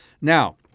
Now